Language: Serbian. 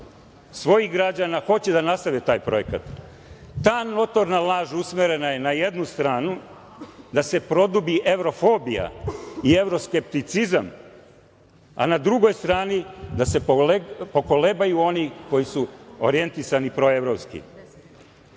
svojih građana hoće da nastave taj projekat. Ta notorna laž usmerena je na jednu stranu, da se produbi evrofobija i evroskepticizam, a na drugoj strani da se pokolebaju oni koji su orijentisani proevropski. Dakle,